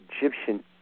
Egyptian